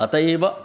अतः एव